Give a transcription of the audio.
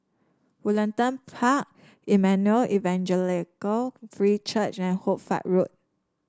Woollerton Park Emmanuel Evangelical Free Church and Hoy Fatt Road